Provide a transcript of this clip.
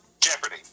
Jeopardy